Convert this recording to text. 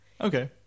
okay